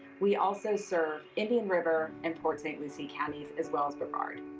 we also serve indian river and port st. lucie counties as well as brevard.